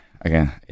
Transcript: Again